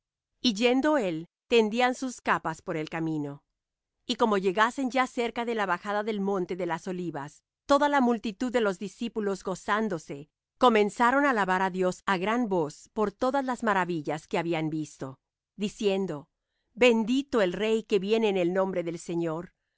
y yendo él tendían sus capas por el camino y como llegasen ya cerca de la bajada del monte de las olivas toda la multitud de los discípulos gozándose comenzaron á alabar á dios á gran voz por todas las maravillas que habían visto diciendo bendito el rey que viene en el nombre del señor